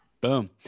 Boom